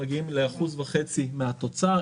מגיעים ל-1.5% מהתוצר,